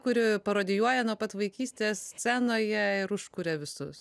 kurioj parodijuoji nuo pat vaikystės scenoje ir užkuria visus